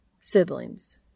Siblings